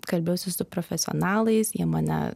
kalbėjausi su profesionalais jie mane